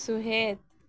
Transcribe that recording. ᱥᱚᱦᱮᱫ